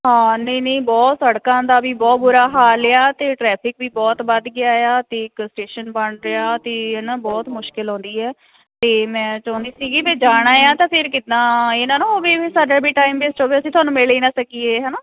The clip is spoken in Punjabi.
ਹਾਂ ਨਹੀਂ ਨਹੀਂ ਬਹੁਤ ਸੜਕਾਂ ਦਾ ਵੀ ਬਹੁਤ ਬੁਰਾ ਹਾਲ ਆ ਅਤੇ ਟਰੈਫਿਕ ਵੀ ਬਹੁਤ ਵੱਧ ਗਿਆ ਆ ਅਤੇ ਇੱਕ ਸਟੇਸ਼ਨ ਬਣ ਰਿਹਾ ਅਤੇ ਹੈ ਨਾ ਬਹੁਤ ਮੁਸ਼ਕਿਲ ਆਉਂਦੀ ਹੈ ਅਤੇ ਮੈਂ ਚਾਹੁੰਦੀ ਸੀਗੀ ਵੀ ਜਾਣਾ ਆ ਤਾਂ ਫਿਰ ਕਿੱਦਾਂ ਇਹ ਨਾ ਹੋਵੇ ਵੀ ਸਾਡੇ ਵੀ ਟਾਈਮ ਵੇਸਟ ਹੋਵੇ ਅਸੀਂ ਤੁਹਾਨੂੰ ਮਿਲ ਹੀ ਨਾ ਸਕੀਏ ਹੈ ਨਾ